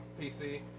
PC